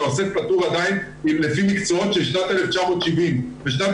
שעוסק פטור עדיין לפי מקצועות של שנת 1970. בשנת